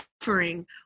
suffering